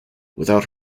without